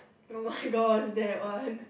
oh-my-god that one